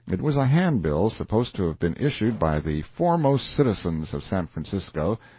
it was a hand-bill supposed to have been issued by the foremost citizens of san francisco,